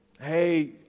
Hey